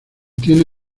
tiene